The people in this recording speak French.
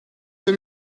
j’ai